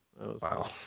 Wow